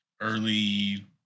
early